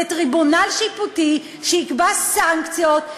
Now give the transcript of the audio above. לטריבונל שיפוטי שיקבע סנקציות,